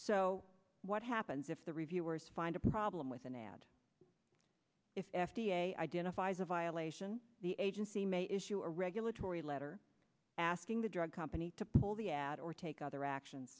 so what happens if the reviewers find a problem with an ad if f d a identifies a violation the agency may issue a regulatory letter asking the drug company to pull the ad or take other action